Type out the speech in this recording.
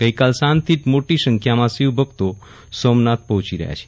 ગઈકાલ સાંજથી જ મોટી સંખ્યામાં શિવભક્તો સોમનાથ પહોંચી રહ્યા છે